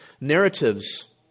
narratives